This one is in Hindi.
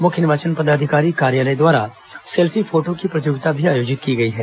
मुख्य निर्वाचन पदाधिकारी कार्यालय द्वारा सेल्फी फोटो की प्रतियोगिता भी आयोजित की गई है